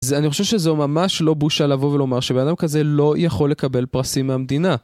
זה אני חושב שזו ממש לא בושה לבוא ולומר שבאדם כזה לא יכול לקבל פרסים מהמדינה.